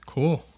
Cool